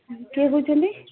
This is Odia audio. କିଏ କହୁଛନ୍ତି